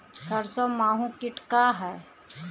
सरसो माहु किट का ह?